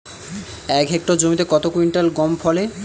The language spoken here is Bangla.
এক হেক্টর জমিতে কত কুইন্টাল গম ফলে?